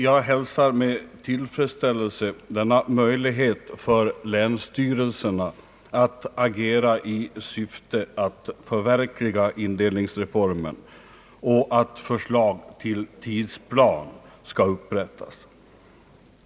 Jag hälsar med tillfredsställelse denna möjlighet för länsstyrelserna att agera i syfte att förverkliga indelningsreformen och att förslag till tidsplan skall upprättas.